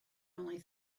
only